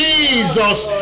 Jesus